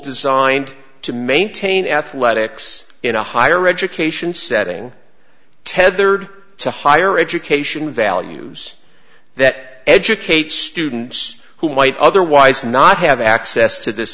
designed to maintain athletics in a higher education setting tethered to higher education values that educate students who might otherwise not have access to this